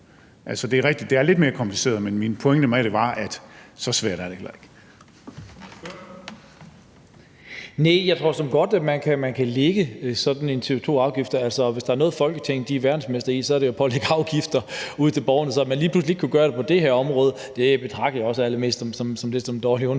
det er lidt mere kompliceret, men min pointe med det var, at så svært er det heller ikke.